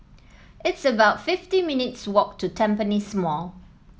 it's about fifty minutes' walk to Tampines Mall